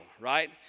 right